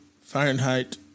Fahrenheit